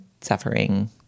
suffering